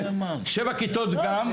שבע כיתות גן,